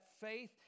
faith